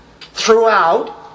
throughout